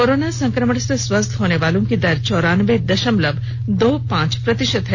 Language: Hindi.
कोरोना संक्रमण से स्वस्थ होने वालों की दर चौरानबे दशमलव दो पांच प्रतिशत है